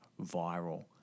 viral